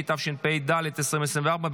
התשפ"ד 2024,